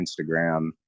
Instagram